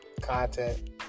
content